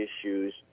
issues